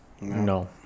no